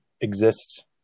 exist